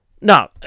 No